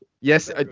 Yes